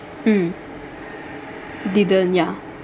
mm didn't ya